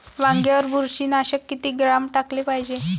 वांग्यावर बुरशी नाशक किती ग्राम टाकाले पायजे?